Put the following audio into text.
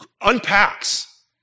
unpacks